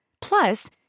Plus